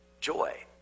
joy